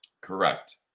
correct